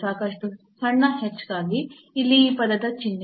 ಸಾಕಷ್ಟು ಸಣ್ಣ h ಗಾಗಿ ಇಲ್ಲಿ ಈ ಪದದ ಚಿಹ್ನೆ